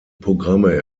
programme